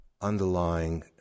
underlying